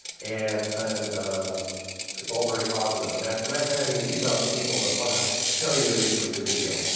and and it's all very positive. imagine imagine having a few thousand people, that wanna tell you they enjoyed your video.